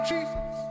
Jesus